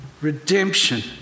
Redemption